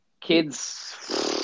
kids